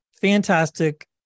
Fantastic